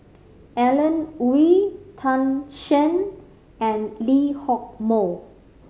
Alan Oei Tan Shen and Lee Hock Moh